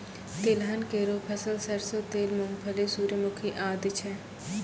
तिलहन केरो फसल सरसों तेल, मूंगफली, सूर्यमुखी आदि छै